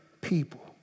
people